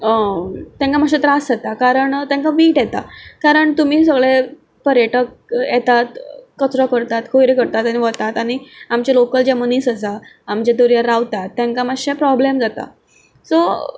तांकां मातशें त्रास जातात कारण तांकां वीट येता कारण तुमी सगळे पर्यटक येतात कचरो करतात कोयर करतात आनी वतात आनी आमचे लोकल जे मनीस आसा आमच्या दर्यार रावतात तांकां मातशें प्रोब्लेम जाता सो